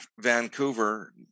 Vancouver